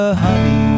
honey